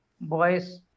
boys